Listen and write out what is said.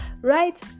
right